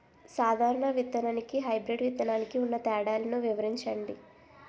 సాధారణ విత్తననికి, హైబ్రిడ్ విత్తనానికి ఉన్న తేడాలను వివరించండి?